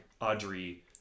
Audrey